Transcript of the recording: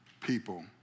people